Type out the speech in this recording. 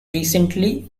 recently